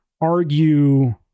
argue